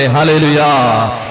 Hallelujah